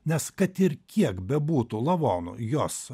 nes kad ir kiek bebūtų lavonų jos